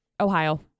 Ohio